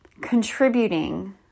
contributing